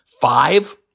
five